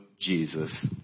Jesus